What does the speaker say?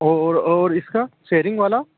और और इसका शेयरिंग वाला